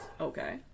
okay